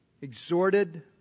exhorted